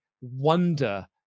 wonder